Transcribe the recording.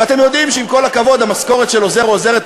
ואתם יודעים שעם כל הכבוד המשכורת של עוזר או עוזרת,